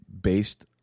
based